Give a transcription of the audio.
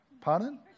Pardon